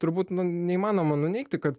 turbūt neįmanoma nuneigti kad